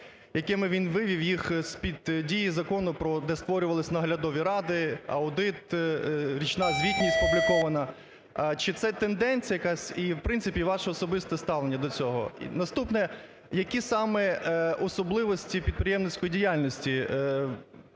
якими він вивів їх з-під дії закону, де створювались наглядові ради, аудит, річна звітність опублікована. Чи це тенденція якась? І, в принципі/, ваше особисте ставлення до цього? Наступне, які саме особливості підприємницької діяльності,